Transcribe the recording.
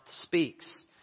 speaks